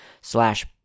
slash